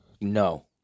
No